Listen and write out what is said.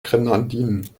grenadinen